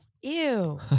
Ew